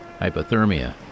Hypothermia